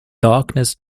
darkness